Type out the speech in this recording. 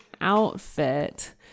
outfit